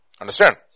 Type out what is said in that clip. Understand